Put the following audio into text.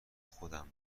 خودم